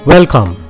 Welcome